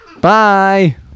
Bye